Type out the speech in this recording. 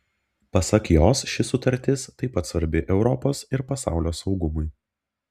pasak jos ši sutartis taip pat svarbi europos ir pasaulio saugumui